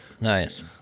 Nice